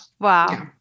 Wow